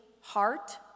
heart